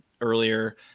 earlier